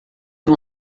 não